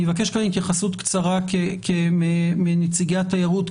אני אבקש כאן התייחסות קצרה מנציגי התיירות,